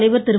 தலைவர் திரு